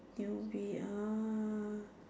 newbie ah